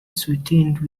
sweetened